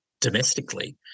domestically